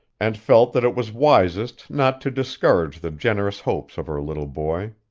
and felt that it was wisest not to discourage the generous hopes of her little boy.